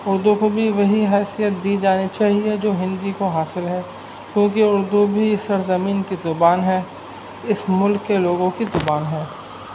اردو کو بھی وہی حیثیت دی جانی چاہیے جو ہندی کو حاصل ہے کیونکہ اردو بھی سرزمین کی زبان ہے اس ملک کے لوگوں کی زبان ہے